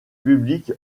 public